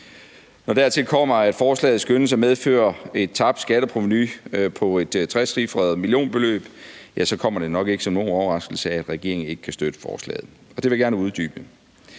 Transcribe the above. Når dertil kommer, at forslaget skønnes at medføre et tabt skatteprovenu på et trecifret millionbeløb, kommer det nok ikke som nogen overraskelse, at regeringen ikke kan støtte forslaget, og det vil jeg gerne uddybe.